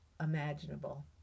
imaginable